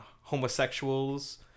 homosexuals